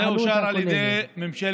זה אושר על ידי ממשלה